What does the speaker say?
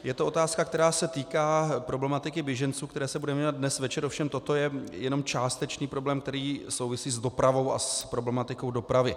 Je to otázka, která se týká problematiky běženců, které se budeme věnovat dnes večer, ovšem toto je jenom částečný problém, který souvisí s dopravou a s problematikou dopravy.